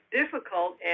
difficult